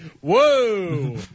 Whoa